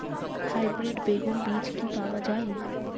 Hybrid বেগুন বীজ কি পাওয়া য়ায়?